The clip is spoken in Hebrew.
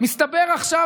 מסתבר עכשיו,